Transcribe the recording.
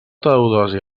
teodosi